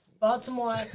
Baltimore